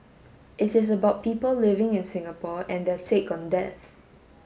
it is about people living in Singapore and their take on death